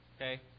Okay